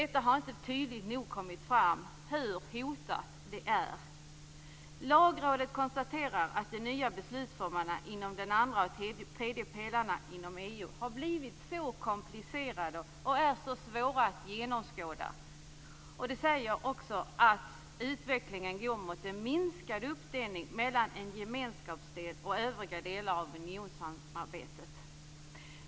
Det har inte tydligt nog kommit fram hur hotat det är. Lagrådet konstaterar att de nya beslutsformerna inom den andra och den tredje pelaren inom EU har blivit komplicerade och svåra att överskåda. Lagrådet säger också att utvecklingen går mot en minskad uppdelning mellan en gemenskapsdel och övriga delar av unionssamarbetet.